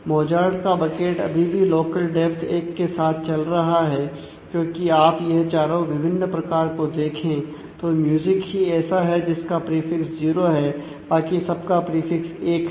Mozart का bucket अभी भी लोकल डेप्थ एक के साथ चल रहा है क्योंकि आप यह चारों विभिन्न प्रकार को देखें तो म्यूजिक ही ऐसा है जिसका प्रीफिक्स जीरो है बाकी सब का प्रीफिक्स एक है